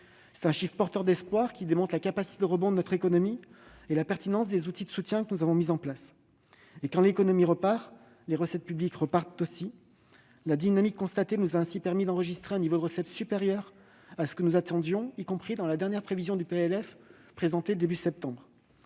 Ces chiffres sont porteurs d'espoir : ils démontrent la capacité de rebond de notre économie et la pertinence des outils de soutien que nous avons mis en place. Quand l'économie repart, les recettes publiques repartent aussi. La dynamique constatée sur ce plan nous a permis d'enregistrer un niveau de recettes supérieur à ce que nous attendions, y compris dans la dernière prévision du PLF 2021, présentée au début de septembre.